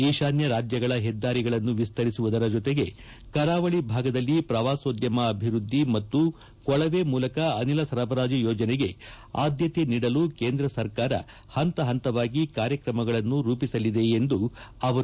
ಈಶಾನ್ಯ ರಾಜ್ಯಗಳ ಹೆದ್ದಾರಿಗಳನ್ನು ವಿಸ್ತರಿಸುವುದರ ಜೊತೆಗೆ ಕರಾವಳಿ ಭಾಗದಲ್ಲಿ ಪ್ರವಾಸೋದ್ಯಮ ಅಭಿವೃದ್ಧಿ ಮತ್ತು ಕೊಳವೆ ಮೂಲಕ ಅನಿಲ ಸರಬರಾಜು ಯೋಜನೆಗೆ ಆದ್ಯತೆ ನೀಡಲು ಕೇಂದ್ರ ಸರ್ಕಾರ ಪಂತ ಪಂತವಾಗಿ ಕಾರ್ಯಕ್ರಮಗಳನ್ನು ರೂಪಿಸಲಿದೆ ಎಂದರು